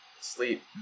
sleep